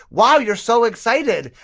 wow. you're so excited.